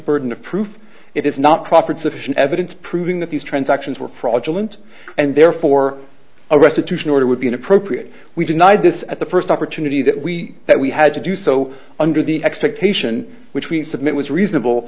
burden of proof it is not proffered sufficient evidence proving that these transactions were fraudulent and therefore a restitution order would be inappropriate we denied this at the first opportunity that we that we had to do so under the expectation which we submit was reasonable